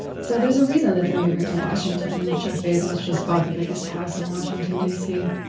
so there's a reason that they're moving to washington and that jeff bezos just bought the biggest house in washington, dc.